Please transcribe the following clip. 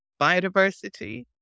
biodiversity